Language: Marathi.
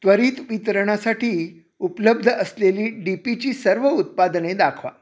त्वरित वितरणासाठी उपलब्ध असलेली डी पीची सर्व उत्पादने दाखवा